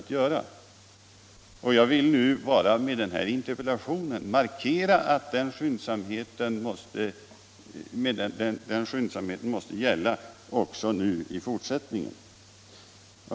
Med denna interpellation har jag velat markera att den skyndsamheten måste gälla också i fortsättningen.